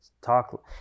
talk